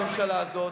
הממשלה הזאת,